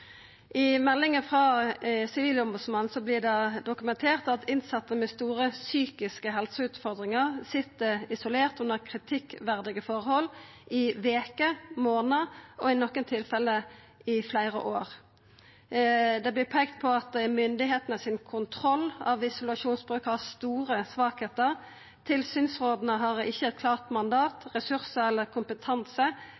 I meldinga frå Sivilombodsmannen vert det dokumentert at innsette med store psykiske helseutfordringar sit isolerte under kritikkverdig forhold i veker, i månader og i nokre tilfelle i fleire år. Det vert peikt på at myndigheitenes kontroll av isolasjonsbruken har store svakheiter. Tilsynsråda har ikkje eit klart mandat,